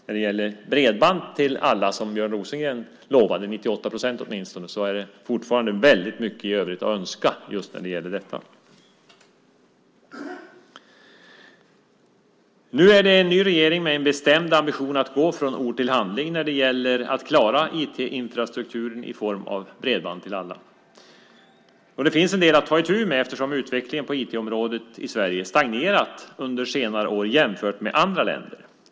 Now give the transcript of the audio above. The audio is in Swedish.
När det gäller bredband till alla, som Björn Rosengren lovade, eller åtminstone till 98 procent, är det fortfarande väldigt mycket i övrigt att önska. Nu är det en ny regering med en bestämd ambition att gå från ord till handling när det gäller att klara IT-infrastrukturen i form av bredband till alla. Det finns en del att ta itu med, eftersom utvecklingen på IT-området i Sverige stagnerat under senare år jämfört med andra länder.